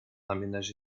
aménagé